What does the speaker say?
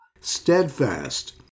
steadfast